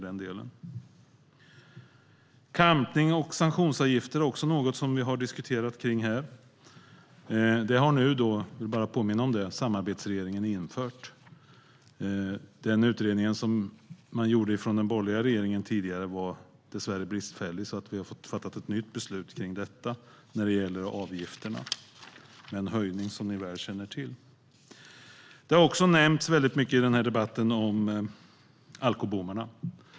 Klampning och sanktionsavgifter är också något som vi har diskuterat här. Det har samarbetsregeringen nu infört. Jag vill bara påminna om det. Den utredning som gjordes under den borgerliga regeringen var dessvärre bristfällig, så vi har fått fatta ett nytt beslut om avgifterna - med en höjning, som ni väl känner till. I debatten har det också talats mycket om alkobommarna.